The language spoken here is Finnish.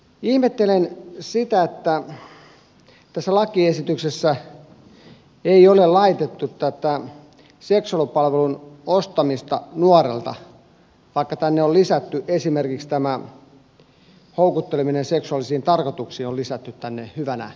ihmettelen sitä että tähän lakiesitykseen ei ole laitettu seksuaalipalvelun ostamista nuorelta vaikka esimerkiksi tämä houkutteleminen seksuaalisiin tarkoituksiin on tänne hyvänä lisäyksenä laitettu